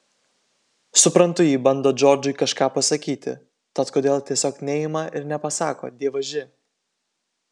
suprantu ji bando džordžui kažką pasakyti tad kodėl tiesiog neima ir nepasako dievaži